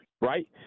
right